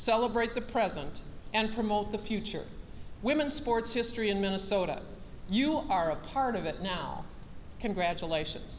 celebrate the present and promote the future women's sports history in minnesota you are a part of it now congratulations